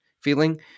feeling